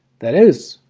that is,